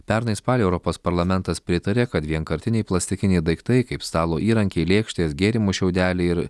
pernai spalį europos parlamentas pritarė kad vienkartiniai plastikiniai daiktai kaip stalo įrankiai lėkštės gėrimų šiaudeliai ir